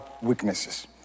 weaknesses